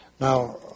Now